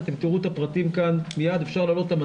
אתם תראו את הפרטים כאן מיד במצגת.